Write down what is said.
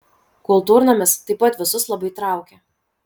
kultūrnamis taip pat visus labai traukė